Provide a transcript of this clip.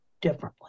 differently